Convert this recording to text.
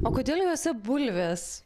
o kodėl juose bulvės